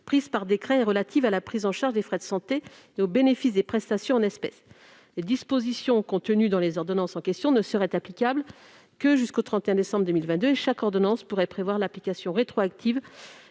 prises par décret et relatives à la prise en charge des frais de santé et au bénéfice des prestations en espèces. Les dispositions contenues dans les ordonnances en question ne seraient applicables que jusqu'au 31 décembre 2022 et chaque ordonnance pourrait prévoir l'application rétroactive